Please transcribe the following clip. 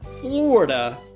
Florida